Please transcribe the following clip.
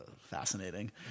fascinating